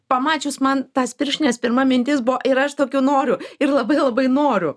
pamačius man tas pirštines pirma mintis buvo ir aš tokių noriu ir labai labai noriu